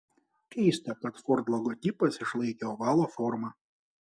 keista kad ford logotipas išlaikė ovalo formą